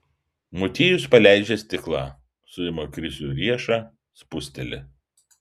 motiejus paleidžia stiklą suima krisiui riešą spusteli